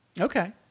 Okay